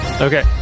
Okay